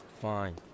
Fine